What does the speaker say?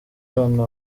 abana